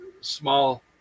small